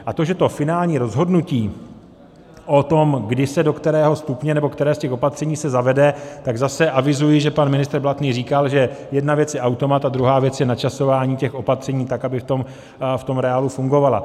A to, že to finální rozhodnutí o tom, kdy se do kterého stupně nebo které z těch opatření se zavede, tak zase avizuji, že pan ministr Blatný říkal, že jedna věc je automat a druhá věc je načasování těch opatření tak, aby v tom reálu fungovala.